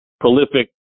prolific